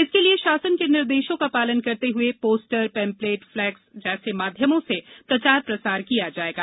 इसके लिए शासन के निर्देशों का पालन करते हुए पोस्टर पेम्पलेट फ्लेक्स जैसे माध्यमों से प्रचार प्रसार किया जाएगा